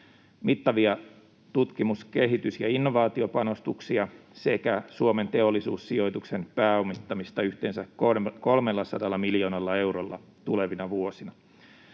mittavia tutkimus‑, kehitys‑ ja innovaatiopanostuksia sekä Suomen Teollisuussijoituksen pääomittamista yhteensä 300 miljoonalla eurolla tulevina vuosina.